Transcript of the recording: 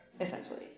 essentially